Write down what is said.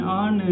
on